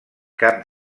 cap